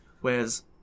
whereas